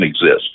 exist